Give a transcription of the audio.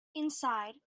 inside